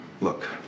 Look